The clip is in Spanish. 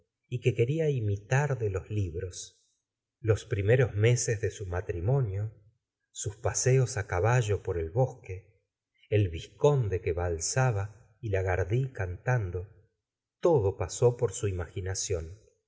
y que quería imitar de los libros los primeros meses de su matrimonio sus paseos i caballo por el bosque el vizconde que valsaba y lagardy cantando todo pasó por su imaginación